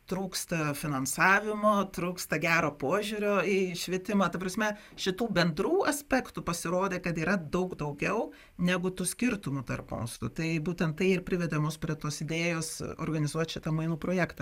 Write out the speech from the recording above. trūksta finansavimo trūksta gero požiūrio į švietimą ta prasme šitų bendrų aspektų pasirodė kad yra daug daugiau negu tų skirtumų tarp mūsų tai būtent tai ir privedė mus prie tos idėjos organizuot šitą mainų projektą